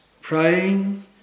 praying